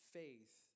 faith